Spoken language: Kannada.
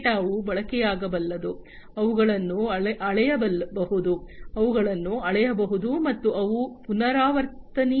ಈ ಡೇಟಾವು ಬಳಕೆಯಾಗಬಲ್ಲದು ಅವುಗಳನ್ನು ಅಳೆಯಬಹುದು ಅವುಗಳನ್ನು ಅಳೆಯಬಹುದು ಮತ್ತು ಅವು ಪುನರಾವರ್ತನೀಯವಾಗಿವೆ